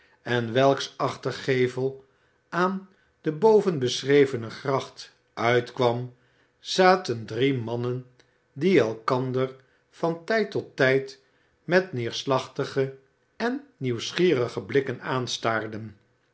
en welks achtergevel aan de bovenbeschrevene gracht uitkwam zaten drie mannen die elkander van tijd tot tijd met neerslachtige en nieuwsgierige blikken aanstaarden